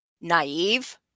naive